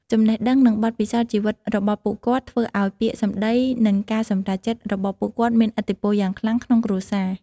ចំណេះដឹង និងបទពិសោធន៍ជីវិតរបស់ពួកគាត់ ធ្វើឱ្យពាក្យសម្ដី និងការសម្រេចចិត្តរបស់ពួកគាត់មានឥទ្ធិពលយ៉ាងខ្លាំងក្នុងគ្រួសារ។